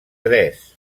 tres